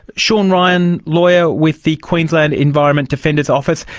sean ryan, lawyer with the queensland environment defenders office,